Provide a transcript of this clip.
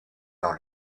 dans